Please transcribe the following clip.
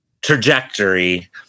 trajectory